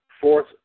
fourth